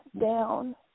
down